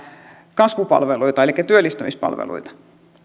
kasvupalveluita elikkä työllistämispalveluita